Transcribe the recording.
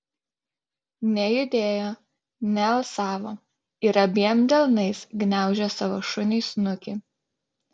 nejudėjo nealsavo ir abiem delnais gniaužė savo šuniui snukį